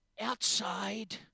outside